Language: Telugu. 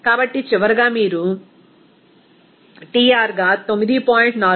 కాబట్టి చివరగా మీరు Trగా 9